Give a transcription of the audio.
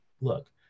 look